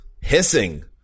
hissing